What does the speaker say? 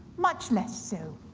much less so.